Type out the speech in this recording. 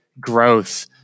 growth